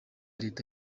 leta